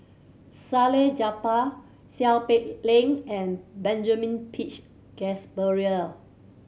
Salleh Japar Seow Peck Leng and Benjamin Peach Keasberry